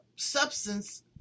substance